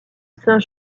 saint